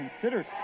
consider